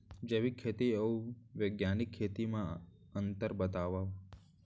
जैविक खेती अऊ बैग्यानिक खेती म अंतर बतावा?